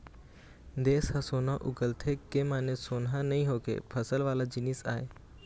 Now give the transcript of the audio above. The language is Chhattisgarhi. देस ह सोना उगलथे के माने सोनहा नइ होके फसल वाला जिनिस आय